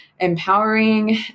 Empowering